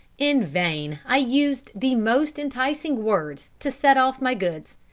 in vain i used the most enticing words to set off my goods,